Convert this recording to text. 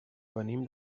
venim